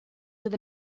live